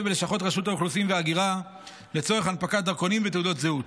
בלשכות האוכלוסין וההגירה לצורך הנפקת דרכונים ותעודות זהות.